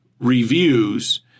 reviews